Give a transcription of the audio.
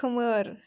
खोमोर